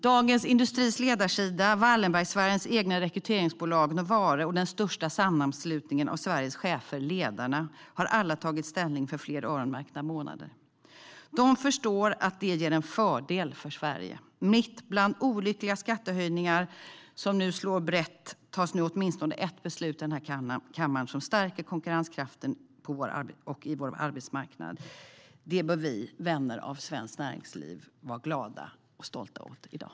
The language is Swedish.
Dagens industris ledarsida, Wallenbergsfärens rekryteringsbolag Novare och den största sammanslutningen av Sveriges chefer, Ledarna, har alla tagit ställning för fler öronmärkta månader. De förstår att det ger en fördel för Sverige. Mitt bland olyckliga skattehöjningar som slår brett tas nu åtminstone ett beslut i kammaren som stärker konkurrenskraften på vår arbetsmarknad. Det bör vi vänner av svenskt näringsliv vara glada och stolta över i dag.